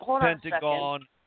Pentagon